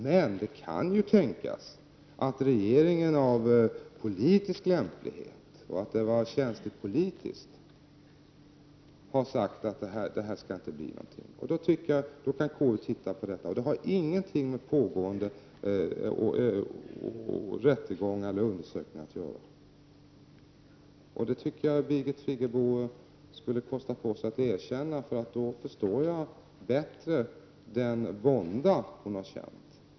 Men det kan ju tänkas att regeringen av politisk lämplighet eller på grund av att det var politiskt känsligt har sagt att det inte skall bli något av det här. Därför tycker jag att KU skall titta på detta. Det har ingenting med pågående rättegångar eller undersökningar att göra. Det tycker jag att Birgit Friggebo skulle kosta på sig att erkänna. Då skulle jag bättre förstå den vånda hon har känt.